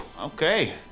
okay